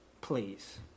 Please